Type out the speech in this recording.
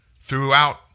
throughout